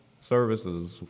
services